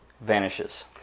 vanishes